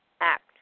Act